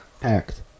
packed